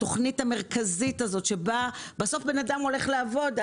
התוכנית המרכזית בסוף בן אדם הולך לעבוד,